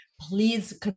please